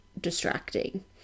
distracting